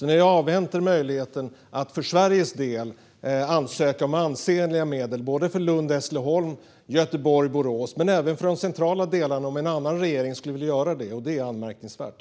Ni har avhänt Sverige möjligheten att ansöka om ansenliga medel både för Lund-Hässleholm, för Göteborg-Borås och för de centrala delarna om en annan regering skulle vilja göra detta. Det är anmärkningsvärt.